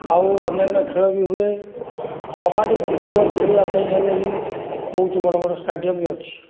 ଆଉ ଅନ୍ୟାନ ଖେଳବି ହୁଏ କବାଡ଼ି ଫୁଟବଲ୍ ଖେଳିବାପାଇଁ ହେଲେ ବି ବହୁତ ବଡ଼ ବଡ଼ ଷ୍ଟାଡ଼ିୟମ୍ ବି ଅଛି